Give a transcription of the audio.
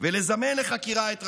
ולזמן לחקירה את ראשיה.